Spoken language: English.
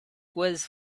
was